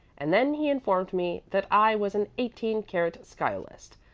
and then he informed me that i was an eighteen karat sciolist.